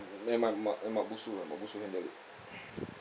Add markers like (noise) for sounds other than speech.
let my mak ah mak busu ah mak busu handle it (breath)